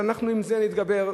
ואנחנו על זה נתגבר.